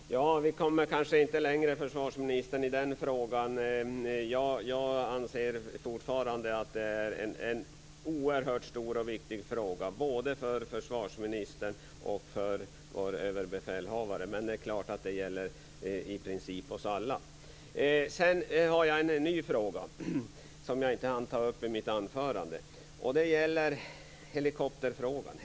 Fru talman! Vi kommer kanske inte längre i den frågan, försvarsministern. Jag anser fortfarande att detta är en oerhört stor och viktig fråga både för försvarsministern och för överbefälhavaren, samtidigt som den i princip gäller för oss alla. Jag har också en ny fråga, som jag inte hann ta upp i mitt anförande, och den gäller helikopterfrågan.